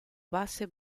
base